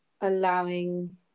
allowing